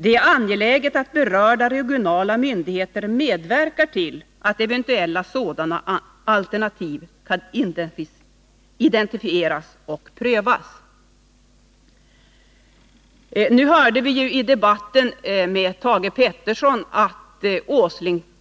Det är angeläget att berörda regionala myndigheter medverkar till att eventuella sådana alternativ kan identifieras och prövas.” Nu hörde vi hur Nils Åsling i debatten med Thage Peterson